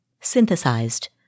synthesized